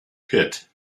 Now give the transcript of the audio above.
pit